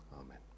Amen